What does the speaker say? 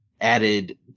added